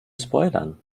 spoilern